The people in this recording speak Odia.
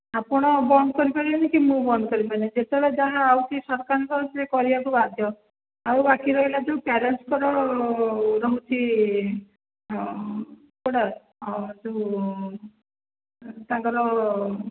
ଆପଣ ବନ୍ଦ କରିପାରିବେନି କି ମୁଁ ବନ୍ଦ କରିପାରିବିନି ଯେତେବେଳେ ଯାହା ଆସୁଛି ସରକାରଙ୍କର ସେ କରିବାକୁ ବାଧ୍ୟ ଆଉ ବାକି ରହିଲା ଯେଉଁ ପ୍ୟରେଣ୍ଟ୍ସଙ୍କର ରହୁଛି କେଉଁଟା ଯେଉଁ ତାଙ୍କର